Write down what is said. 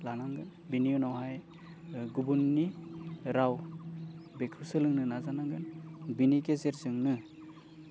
लानांगोन बिनि उनावहाय गुबुननि राव बेखौ सोलोंनो नाजानांगोन बिनि गेजेरजोंनो